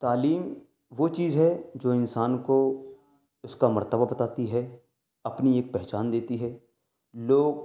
تعلیم وہ چیز ہے جو انسان کو اس کا مرتبہ بتاتی ہے اپنی ایک پہچان دیتی ہے لوگ